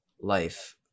life